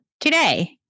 today